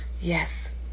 Yes